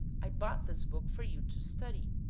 i bought this book for you to study.